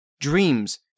Dreams